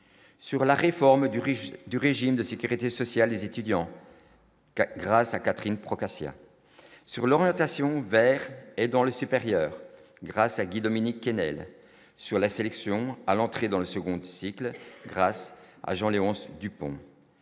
du régime du régime de Sécurité sociale des étudiants. CAC grâce à Catherine Procaccia sur l'orientation vers et dans le supérieur grâce à Guy Dominique Kennel sur la sélection à l'entrée dans le second cycle grâce à Jean-Léonce Dupont